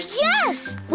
yes